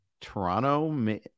Toronto